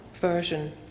version